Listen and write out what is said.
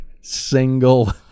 single